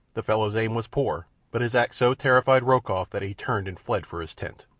the fellow's aim was poor, but his act so terrified rokoff that he turned and fled for his tent.